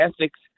ethics